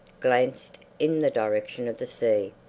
glanced in the direction of the sea.